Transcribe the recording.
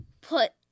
put